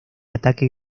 ataque